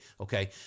okay